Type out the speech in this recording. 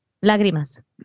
lágrimas